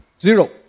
Zero